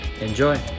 Enjoy